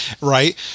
right